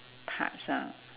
parts ah